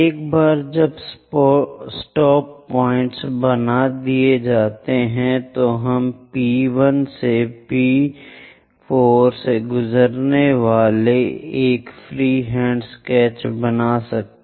एक बार जब स्टॉप पॉइंट बना दिए जाते हैं तो हम P1 P2 P3 P4 से गुजरने वाला एक फ्रीहैंड स्केच बना सकते हैं